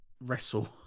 wrestle